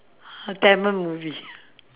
tamil movie